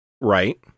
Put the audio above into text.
Right